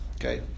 Okay